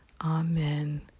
Amen